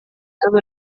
todo